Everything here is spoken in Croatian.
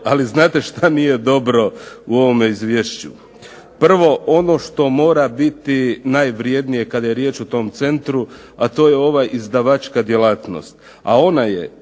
Ali znate šta nije dobro u ovome izvješću? Prvo, ono što mora biti najvrednije kada je riječ o tom centru, a to je ova izdavačka djelatnost.